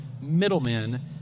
middlemen